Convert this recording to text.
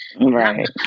Right